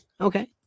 Okay